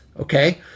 okay